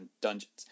Dungeons